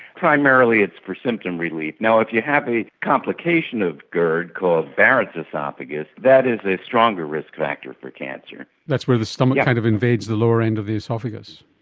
primarily it's for symptom relief. if you have a complication of gerd called barrett's oesophagus, that is a stronger risk factor for cancer. that's where the stomach kind of invades the lower end of the oesophagus.